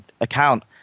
account